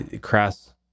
crass